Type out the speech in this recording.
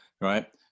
right